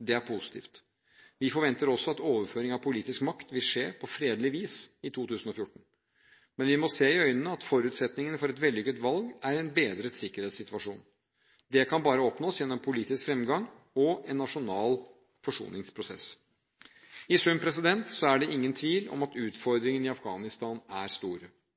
Det er positivt. Vi forventer også at overføring av politisk makt vil skje på fredelig vis i 2014. Men vi må se i øynene at forutsetningen for et vellykket valg er en bedret sikkerhetssituasjon. Det kan bare oppnås gjennom politisk fremgang og en nasjonal forsoningsprosess. I sum er det ingen tvil om at utfordringene i Afghanistan er store.